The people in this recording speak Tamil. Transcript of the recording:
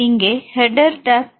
இங்கே ஹெடர் டேப் பி